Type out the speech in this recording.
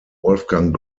wolfgang